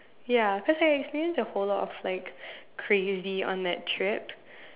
ya cause I experience a whole lot of like crazy on that trip